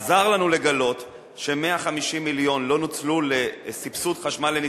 עזר לנו לגלות ש-150 מיליון לא נוצלו לסבסוד חשמל לנזקקים.